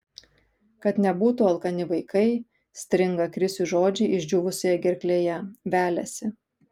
kad nebūtų alkani vaikai stringa krisiui žodžiai išdžiūvusioje gerklėje veliasi